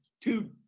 two